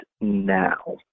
now